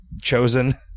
chosen